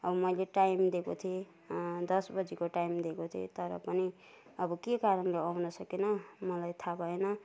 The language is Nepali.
अब मैले टाइम दिएको थिएँ दस बजीको टाइम दिएको थिएँ तर पनि अब के कारणले आउन सकेन मलाई थाह भएन